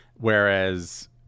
Whereas